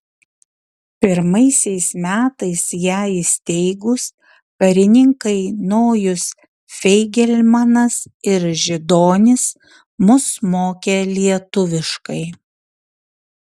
pirmaisiais metais ją įsteigus karininkai nojus feigelmanas ir židonis mus mokė lietuviškai